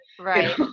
Right